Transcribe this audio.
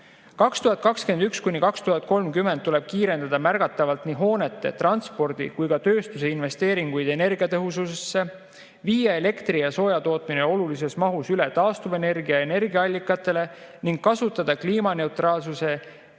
2021–2030 tuleb kiirendada märgatavalt nii hoonete, transpordi kui ka tööstuse investeeringuid energiatõhususse, viia elektri- ja soojatootmine olulises mahus üle taastuvatele energiaallikatele ning kasutada kliimaneutraalsuse